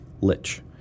lich